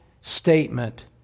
statement